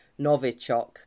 Novichok